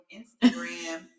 instagram